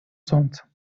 солнца